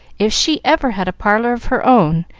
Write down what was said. if she ever had a parlor of her own,